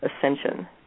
ascension